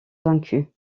vaincus